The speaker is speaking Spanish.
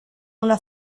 una